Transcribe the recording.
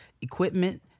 equipment